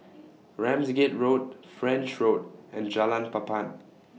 Ramsgate Road French Road and Jalan Papan